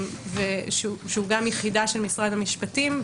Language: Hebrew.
שהוא גם יחידה של משרד המשפטים,